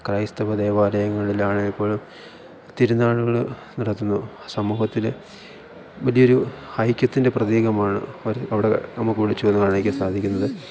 ക്രൈസ്തവ ദേവാലയങ്ങളിലാണ് എപ്പോഴും തിരുനാളുകൾ നടത്തുന്നു സമൂഹത്തിലെ വലിയ ഒരു ഐക്യത്തിൻ്റെ പ്രതീകമാണ് അവർ അവിടെ നമുക്ക് വിളിച്ചോതുന്നത് കാണിക്കാൻ സാധിക്കുന്നത്